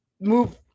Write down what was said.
move